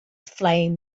flame